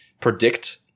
predict